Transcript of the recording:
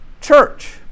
church